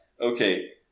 Okay